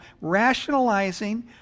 Rationalizing